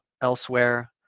elsewhere